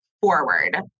forward